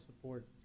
support